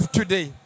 today